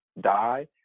die